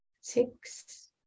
Six